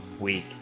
Week